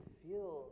feel